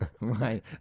right